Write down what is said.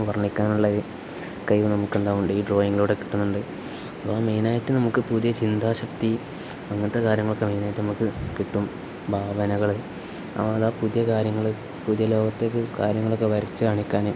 വർണ്ണിക്കാനുള്ള ഒരു കഴിവ് നമുക്ക് ഉണ്ടാകണുണ്ട് ഈ ഡ്രോയിങ്ങിലൂടെ കിട്ടുന്നുണ്ട് അപ്പം മെയിനായിട്ട് നമുക്ക് പുതിയ ചിന്താശക്തി അങ്ങനത്തെ കാര്യങ്ങളൊക്കെ മെയിനായിട്ട് നമുക്ക് കിട്ടും ഭാവനകൾ അപ്പം അത് ആ പുതിയ കാര്യങ്ങൾ പുതിയ ലോകത്തേക്ക് കാര്യങ്ങളൊക്കെ വരച്ച് കാണിക്കാനും